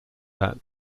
that